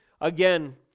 Again